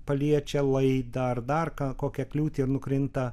paliečia laidą ar dar kokią kliūtį ir nukrinta